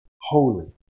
holy